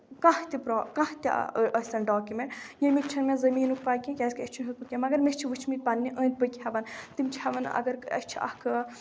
کانٛہہ تہِ پرو کانٛہہ تہِ ٲسۍ تَن ڈاکمینٹ ییٚمِکۍ چھُ نہٕ مےٚ زٔمیٖنُک پاے کیٚنٛہہ کیازِ کہِ اَسہِ چھُ نہٕ ہیوٚتمُت کیٚنٛہہ مَگر مےٚ چھِ وٕچھۍ مٕتۍ پَنٕنہِ أنٛدۍ پٔکۍ ہٮ۪وان تِم چھِ ہیوان اَگر أسۍ اکھ